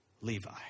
Levi